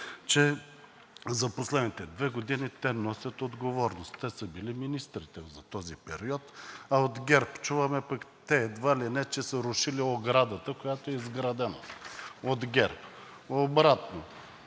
че за последните две години те носят отговорност. Те са били министрите за този период, а от ГЕРБ чуваме, че те едва ли не са рушили оградата, която е изградена от ГЕРБ. Обратно,